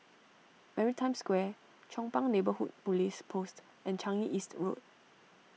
Maritime Square Chong Pang Neighbourhood Police Post and Changi East Road